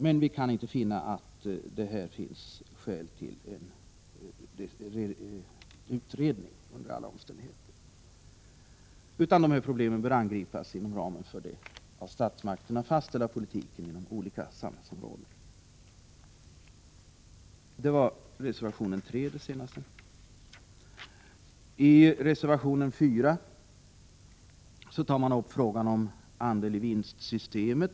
Men vi kan inte finna att det föreligger skäl för en decentraliseringsutredning. Dessa problem bör angripas inom ramen för den av statsmakterna fastställda politiken för olika samhällsområden. Detta tas upp i reservation 3. I reservation 4 tar man upp frågan om andel-i-vinst-system.